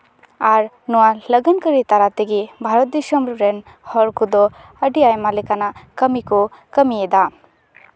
ᱟᱨ ᱱᱚᱣᱟ ᱞᱟᱹᱜᱟᱹᱱ ᱠᱟᱹᱨᱤ ᱛᱟᱞᱟ ᱛᱮᱜᱮ ᱵᱷᱟᱨᱚᱛ ᱫᱤᱥᱚᱢ ᱨᱮᱱ ᱦᱚᱲ ᱠᱚᱫᱚ ᱟᱹᱰᱤ ᱟᱭᱢᱟ ᱞᱮᱠᱟᱱᱟᱜ ᱠᱟᱹᱢᱤ ᱠᱚ ᱠᱟᱹᱢᱤᱭᱮᱫᱟ